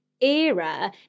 era